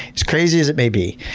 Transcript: as crazy as it may be.